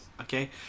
Okay